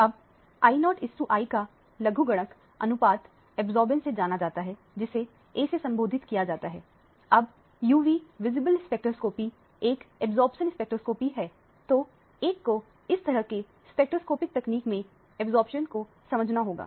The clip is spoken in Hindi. अब Io I का लघुगणक अनुपात अब्जॉर्बेंस से जाना जाता है जिसे A से संबोधित किया जाता है अब UV विजिबल स्पेक्ट्रोस्कॉपी एक अब्जॉर्प्शन स्पेक्ट्रोस्कोपी है तो एक को इस तरह के स्पेक्ट्रोस्कोपिक तकनीक में अब्जॉर्बेंस को समझना होगा